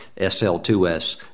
SL2S